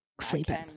sleeping